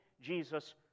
Jesus